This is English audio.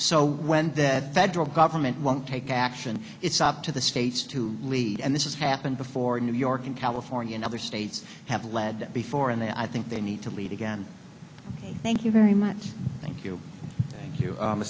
so when the federal government won't take action it's up to the states to lead and this is happened before in new york in california and other states have led before and i think they need to lead again thank you very much thank you thank